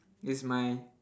is my